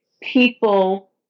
people